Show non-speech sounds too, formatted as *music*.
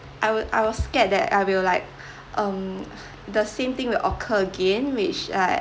I wa~ I was scared that I will like *breath* um *breath* the same thing will occur again which like